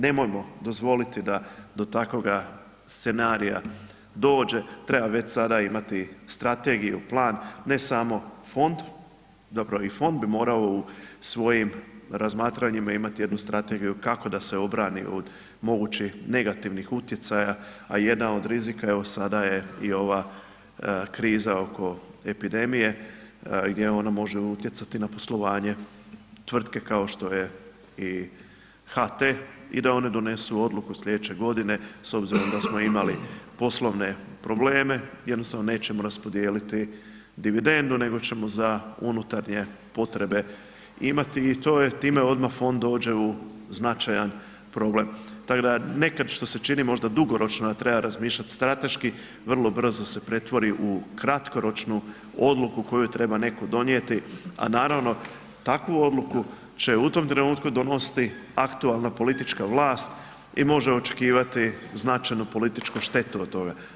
Nemojmo dozvoliti da do takvoga scenarija dođe, treba već sada imati strategiju, plan, ne samo Fond, zapravo i Fond bi morao u svojim razmatranjima imat jednu strategiju kako da se obrani od mogućih negativnih utjecaja, a jedan od rizika evo sada je i ova kriza oko epidemije gdje ona može utjecati na poslovanje tvrtke kao što je i HT i da oni donesu odluku slijedeće godine s obzirom da smo imali poslovne probleme, jednostavno nećemo raspodijeliti dividendu nego ćemo za unutarnje potrebe imati i to je, time odma fond dođe u značajan problem, tak da nekad što se čini možda dugoročno, a treba razmišljat strateški, vrlo brzo se pretvori u kratkoročnu odluku koju treba neko donijeti, a naravno takvu odluku će u tom trenutku donositi aktualna politička vlast i može očekivati značajnu političku štetu od toga.